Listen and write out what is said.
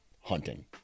hunting